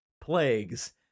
plagues